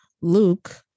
Luke